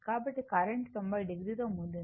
కాబట్టి current 90 o తో ముందుంది